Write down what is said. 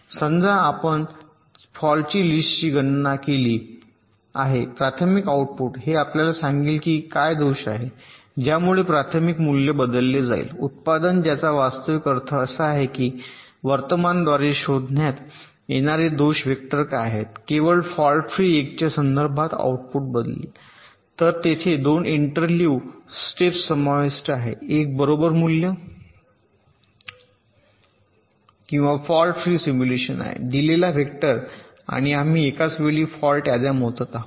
समजा आपण च्या फॉल्ट लिस्टची गणना केली आहे प्राथमिक आउटपुट हे आपल्याला सांगेल की काय दोष आहेत ज्यामुळे प्राथमिकचे मूल्य बदलले जाईल उत्पादन ज्याचा वास्तविक अर्थ असा आहे की वर्तमानाद्वारे शोधण्यात येणारे दोष वेक्टर काय आहेत केवळ फॉल्ट फ्री 1 च्या संदर्भात आउटपुट बदलेल तर तेथे दोन इंटरलीव्ह स्टेप्स समाविष्ट आहेत एक बरोबर मूल्य किंवा फॉल्ट फ्री सिमुलेशन आहे दिलेला वेक्टर आणि आम्ही एकाच वेळी फॉल्ट याद्या मोजत आहोत